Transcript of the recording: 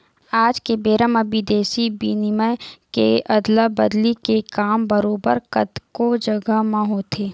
आज के बेरा म बिदेसी बिनिमय के अदला बदली के काम बरोबर कतको जघा म होथे